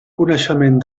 coneixement